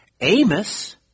Amos